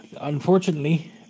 unfortunately